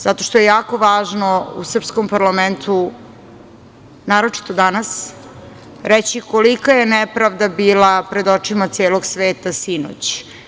Zato što je jako važno u srpskom parlamentu, naročito danas, reći kolika je nepravda bila pred očima celog sveta sinoć.